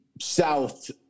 South